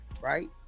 right